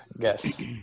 guess